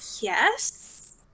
yes